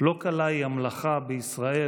"לא קלה היא המלאכה בישראל,